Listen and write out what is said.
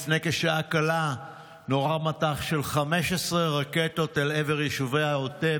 לפני כשעה קלה נורה מטח של 15 רקטות אל עבר יישובי העוטף.